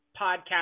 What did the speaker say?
podcast